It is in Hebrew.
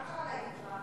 מה קרה ליתרה?